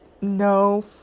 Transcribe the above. no